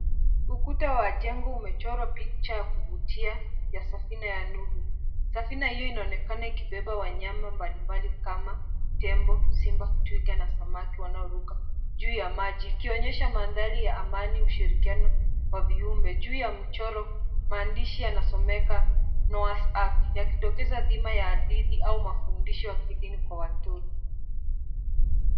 Ukuta wa jengo umechorwa picha ya kuvutia ya safina ya nuhu. Safina hiyo inaonekana ikibeba wanyama mbalimbali kama tembo, simba, twiga na samaki wanaoruka juu ya maji ikionyesha mandhari ya amani, ushirikiano wa viumbe. Juu ya mchoro maandishi yanasomeka Noah's Ark yakidokeza dhima ya hadithi au mafunzo ya kidini kwa watoto.